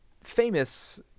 famous